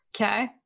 Okay